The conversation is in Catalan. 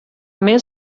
més